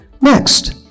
Next